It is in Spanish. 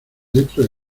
dentro